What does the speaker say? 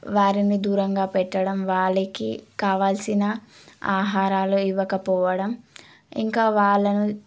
వారిని దూరంగా పెట్టడం వాళ్ళకి కావాలసిన ఆహారాలు ఇవ్వకపోవడం ఇంకా వాళ్ళను